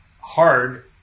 hard